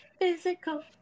physical